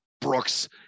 Brooks